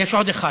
יש עוד אחד,